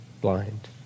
blind